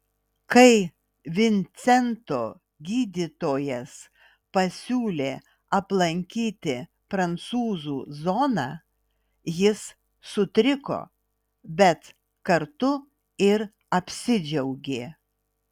kai vincento gydytojas pasiūlė aplankyti prancūzų zoną jis sutriko bet kartu ir apsidžiaugė